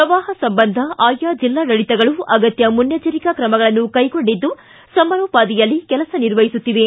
ಪ್ರವಾಹ ಸಂಬಂಧ ಅಯಾ ಜಿಲ್ಲಾಡಳಿತಗಳು ಅಗತ್ಯ ಮುನ್ನೆಚರಿಕಾ ಕ್ರಮಗಳನ್ನು ಕೈಗೊಂಡಿದ್ದು ಸಮರೋಪಾದಿಯಲ್ಲಿ ಕೆಲಸ ನಿರ್ವಹಿಸುತ್ತಿವೆ